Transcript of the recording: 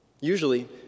Usually